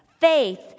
faith